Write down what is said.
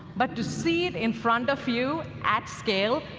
but to see it in front of you at scale,